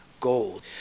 gold